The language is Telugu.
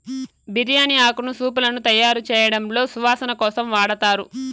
బిర్యాని ఆకును సూపులను తయారుచేయడంలో సువాసన కోసం వాడతారు